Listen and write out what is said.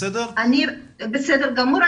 בסדר גמור.